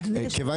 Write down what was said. כיוון